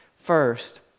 first